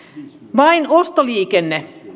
vain ostoliikenne